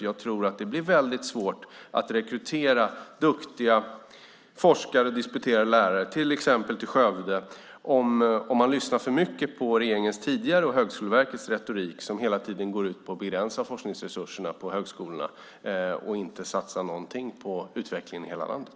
Jag tror att det blir väldigt svårt att rekrytera duktiga forskare och disputerade lärare till exempel till Skövde om man lyssnar för mycket på regeringens och Högskoleverkets tidigare retorik som går ut på att begränsa forskningsresurserna på högskolorna och inte satsa något på utvecklingen i hela landet.